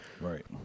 Right